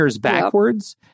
backwards